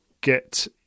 get